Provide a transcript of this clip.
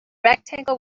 rectangle